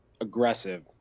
aggressive